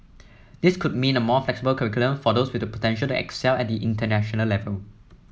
this could mean a more flexible curriculum for those with the potential to excel at the international level